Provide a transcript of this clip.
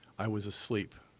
i was asleep.